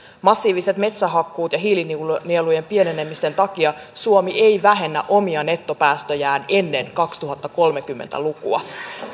massiivisten metsähakkuiden ja hiilinielujen pienenemisten takia suomi ei vähennä omia nettopäästöjään ennen kaksituhattakolmekymmentä lukua